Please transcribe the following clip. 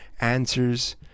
answers